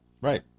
Right